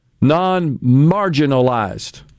non-marginalized